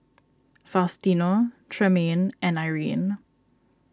Faustino Tremayne and Irine